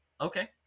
okay